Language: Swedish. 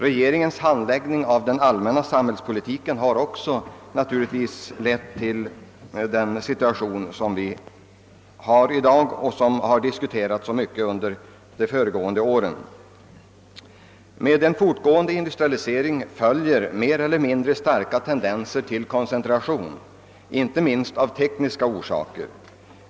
Regeringens handläggning av den allmänna samhällspolitiken har naturligtvis också lett till den situation som vi har i dag och som har diskuterats så mycket under de föregående åren. Med en fortgående industrialisering följer mer eller mindre starka tendenser till koncentration, inte minst av tekniska orsaker.